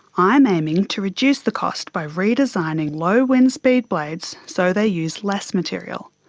i am aiming to reduce the cost by redesigning low wind speed blades so they use less material.